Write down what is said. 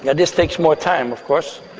this takes more time of course.